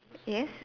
yes